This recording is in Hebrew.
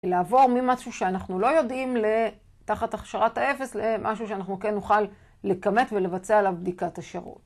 לעבור ממשהו שאנחנו לא יודעים לתחת הכשרת האפס למשהו שאנחנו כן אוכל לכמת ולבצע עליו בדיקת השירות